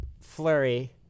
Flurry